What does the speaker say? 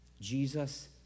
Jesus